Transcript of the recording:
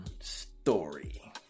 story